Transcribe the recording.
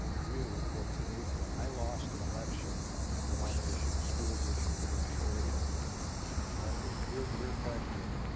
really important to me because i lost an election on the denominational schools issue in ontario and martha, it's your your question.